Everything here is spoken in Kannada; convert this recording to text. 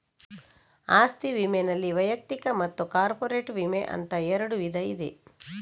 ಆಸ್ತಿ ವಿಮೆನಲ್ಲಿ ವೈಯಕ್ತಿಕ ಮತ್ತು ಕಾರ್ಪೊರೇಟ್ ವಿಮೆ ಅಂತ ಎರಡು ವಿಧ ಇದೆ